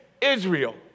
Israel